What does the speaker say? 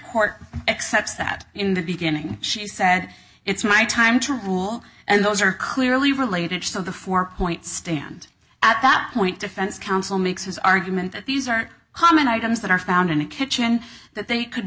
court accepts that in the beginning she said it's my time to rule and those are clearly related to the four point stand at that point defense counsel makes his argument that these are common items that are found in a kitchen that they could